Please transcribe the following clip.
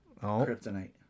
Kryptonite